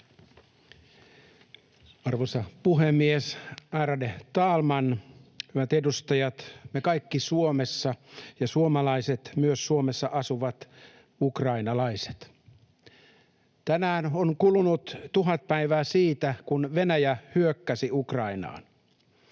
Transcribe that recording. Arvoisa puhemies, ärade talman! Hyvät edustajat, me kaikki Suomessa ja suomalaiset, myös Suomessa asuvat ukrainalaiset! Tänään on kulunut tuhat päivää siitä, kun Venäjä hyökkäsi Ukrainaan.